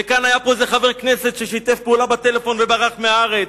וכאן היה איזה חבר כנסת ששיתף פעולה בטלפון וברח מהארץ.